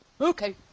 Okay